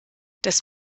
das